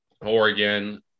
Oregon